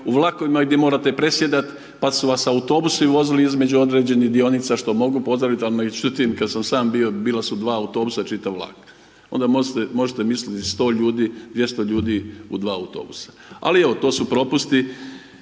u vlakovima gdje morate presjedat pa su vas autobusi vozili između određenih dionica što mogu pozdravit ali …/nerazumljivo/… kad sam sam bio bila su 2 autobusa čitav vlak. Onda možete misliti 100 ljudi, 200 ljudi u 2 autobusa, ali evo to su propusti